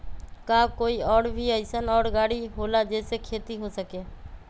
का कोई और भी अइसन और गाड़ी होला जे से खेती हो सके?